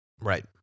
Right